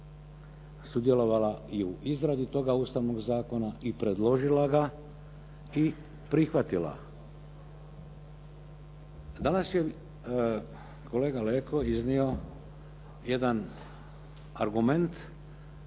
sudjelovala i u izradi toga Ustavnoga zakona i predložila ga i prihvatila. Danas je kolega Leko iznio jedan argument